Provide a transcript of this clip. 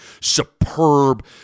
superb